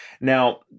Now